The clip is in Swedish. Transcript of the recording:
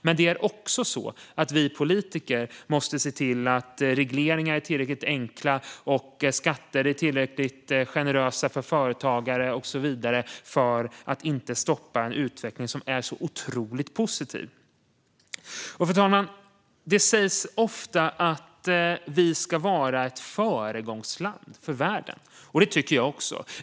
Men vi politiker måste se till att regleringarna är tillräckligt enkla och att skatterna är tillräckligt generösa för företagare och så vidare, så att inte en så otroligt positiv utveckling stoppas. Fru talman! Det sägs ofta att vi ska vara ett föregångsland för världen. Det tycker jag också.